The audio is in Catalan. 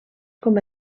com